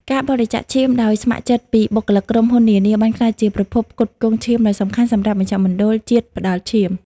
ការបរិច្ចាគ ឈាម ដោយស្ម័គ្រចិត្តពីបុគ្គលិកក្រុមហ៊ុននានា បានក្លាយជាប្រភពផ្គត់ផ្គង់ឈាមដ៏សំខាន់សម្រាប់មជ្ឈមណ្ឌលជាតិផ្តល់ឈាម។